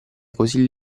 così